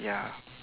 ya